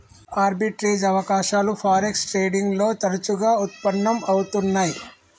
arbitrage అవకాశాలు forex trading లో తరచుగా వుత్పన్నం అవుతున్నై